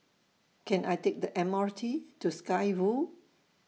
Can I Take The Mr T to Sky Road